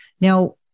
Now